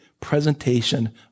presentation